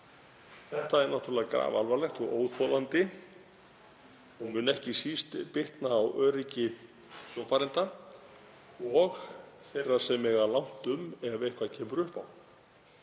Þetta er náttúrlega grafalvarlegt og óþolandi, og mun ekki síst bitna á öryggi sjófarenda og þeirra sem eiga langt um ef eitthvað kemur upp á.